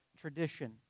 tradition